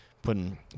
putting